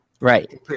Right